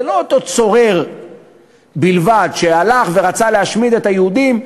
זה לא אותו צורר בלבד שהלך ורצה להשמיד את היהודים,